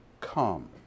come